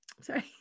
Sorry